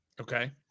Okay